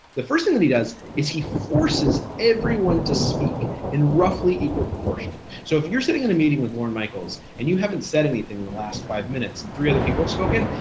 the first thing that he does is he forces everyone to speak in roughly equal proportion. so if you're sitting in a meeting with lorne michaels and you haven't said anything in the last five minutes and three other people have spoken,